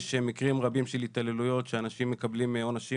יש מקרים רבים של התעללויות שאנשים מקבלים עונשים